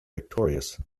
victorious